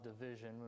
division